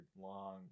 long